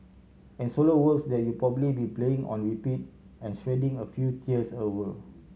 and solo works that you'll probably be playing on repeat and shedding a few tears over